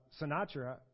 Sinatra